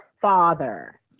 father